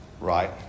Right